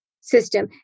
system